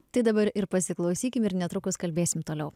tai dabar ir pasiklausykim ir netrukus kalbėsim toliau